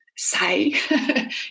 Say